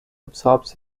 absorbs